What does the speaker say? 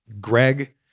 Greg